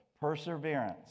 perseverance